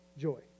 joy